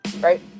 right